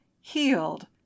healed